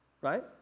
right